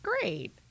great